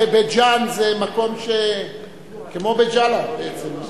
בית-ג'ן זה מקום כמו בית-ג'אלה בעצם,